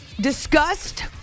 disgust